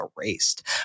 erased